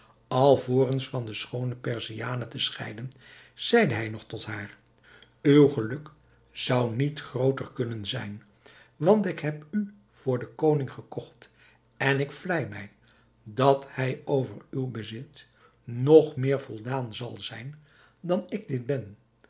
alvorens van de schoone perziane te scheiden zeide hij nog tot haar uw geluk zou niet grooter kunnen zijn want ik heb u voor den koning gekocht en ik vlei mij dat hij over uw bezit nog meer voldaan zal zijn dan ik dit ben